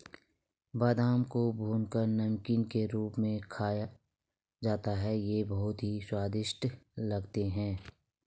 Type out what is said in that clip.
बादाम को भूनकर नमकीन के रूप में खाया जाता है ये बहुत ही स्वादिष्ट लगते हैं